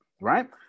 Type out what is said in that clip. right